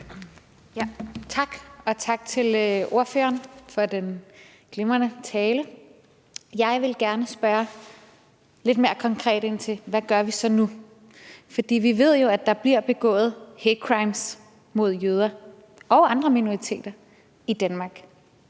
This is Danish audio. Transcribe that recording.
Tak, og tak til ordføreren for den glimrende tale. Jeg vil gerne spørge lidt mere konkret ind til, hvad vi så gør nu. For vi ved jo, at der bliver begået hate crimes mod jøder og andre minoriteter i Danmark.